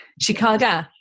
Chicago